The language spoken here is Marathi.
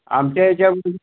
आमच्या हेच्या